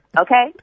Okay